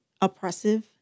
oppressive